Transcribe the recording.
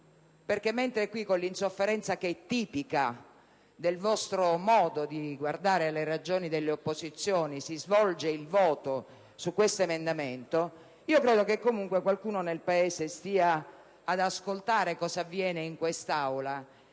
perché mentre qui, con l'insofferenza che è tipica del vostro modo di guardare le ragioni delle opposizioni, si svolge il voto su questo emendamento, credo che comunque qualcuno nel Paese stia ad ascoltare cosa avviene in quest'Aula